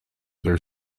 their